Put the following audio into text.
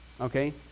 okay